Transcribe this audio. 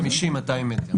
200-150 מטר.